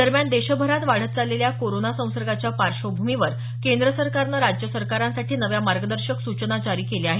दरम्यान देशभरात वाढत चाललेल्या कोरोना संसर्गाच्या पार्श्वभूमीवर केंद्र सरकारनं राज्य सरकारांसाठी नव्या मार्गदर्शक सूचना जारी केल्या आहेत